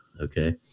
okay